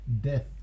death